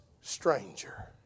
stranger